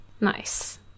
Nice